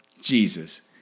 Jesus